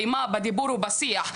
אלימה בדיבור ובשיח.